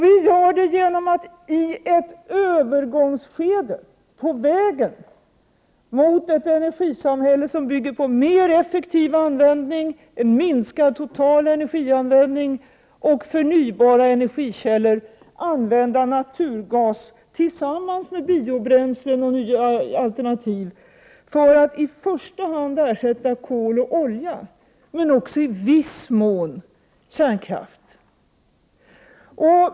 Vi gör det genom att i ett övergångsskede, på vägen mot ett energisamhälle som bygger på en mer effektiv användning, en minskad total energianvändning och förnybara energikällor, använda naturgas tillsammans med biobränslen och nya alternativ för att i första hand ersätta kol och olja men också i viss mån kärnkraft.